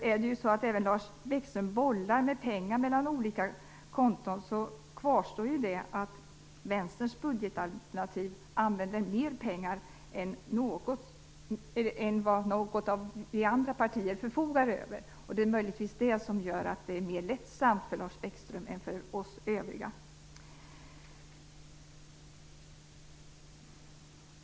Även om Lars Bäckström bollar pengar mellan olika konton kvarstår det förhållandet att Vänstern i sitt budgetalternativ använder mer pengar än vad något av de andra partierna förfogar över. Det är möjligtvis det som gör att det är mer lättsamt för Lars Bäckström än för oss övriga.